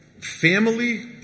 family